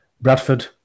Bradford